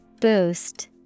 Boost